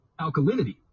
Alkalinity